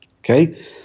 Okay